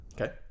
Okay